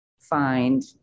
find